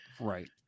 right